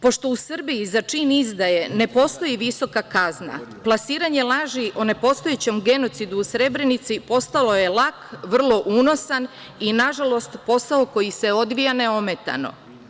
Pošto u Srbiji za čin izdaje ne postoji visoka kazna, plasiranje laži o nepostojećem genocidu u Srebrenici postalo je lak, vrlo unosan i, nažalost, posao koji se odvija neometano.